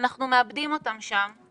אנחנו מאבדים אותם שם.